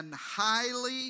highly